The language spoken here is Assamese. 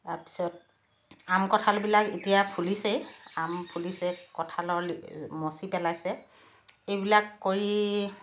তাৰপিছত আম কঁঠালবিলাক এতিয়া ফুলিছেই আম ফুলিছে কঁঠালৰ লি মুচি পেলাইছে সেইবিলাক কৰি